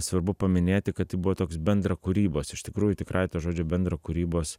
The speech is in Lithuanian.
svarbu paminėti kad tai buvo toks bendrakūrybos iš tikrųjų tikrąja to žodžio bendrakūrybos